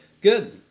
Good